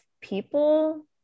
people